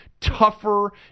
tougher